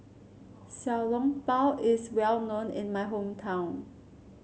Xiao Long Bao is well known in my hometown